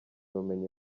ubumenyi